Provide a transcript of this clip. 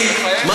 אתה יודע מה?